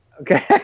Okay